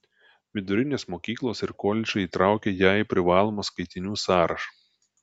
vidurinės mokyklos ir koledžai įtraukia ją į privalomų skaitinių sąrašą